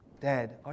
Dad